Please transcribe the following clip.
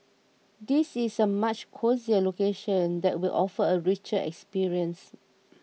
this is a much cosier location that will offer a richer experience